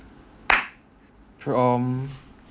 prom